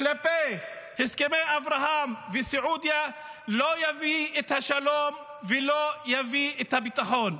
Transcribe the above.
הסכמי אברהם וסעודיה לא יביא את השלום ולא יביא את הביטחון.